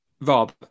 Rob